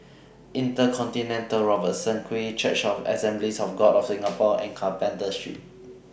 InterContinental Robertson Quay Church of The Assemblies of God of Singapore and Carpenter Street